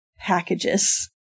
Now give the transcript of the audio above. packages